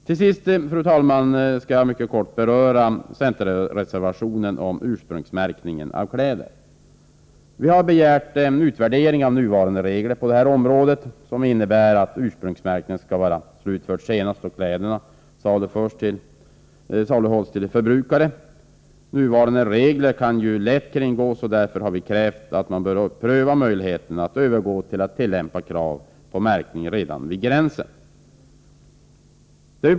Till sist, fru talman, skall jag mycket kortfattat beröra centerreservationen Vi har begärt en utvärdering av nuvarande regler på området, som innebär att ursprungsmärkningen skall vara slutförd senast då kläderna saluhålls till förbrukare. Dessa regler kan lätt kringgås, och därför har vi krävt att man skall pröva möjligheterna att övergå till att tillämpa krav på märkning redan vid gränsen.